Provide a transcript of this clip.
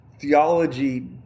theology